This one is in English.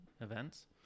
events